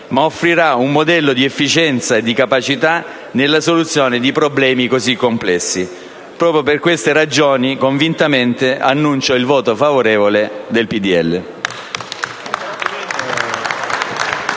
ma offrirà un modello di efficienza e di capacità nella soluzione di problemi così complessi. Proprio per queste ragioni, convintamente, annuncio il voto favorevole del